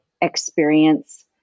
experience